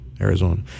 Arizona